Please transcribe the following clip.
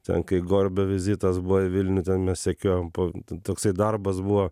ten kai gorbio vizitas buvo į vilnių ten mes sekiojom po toksai darbas buvo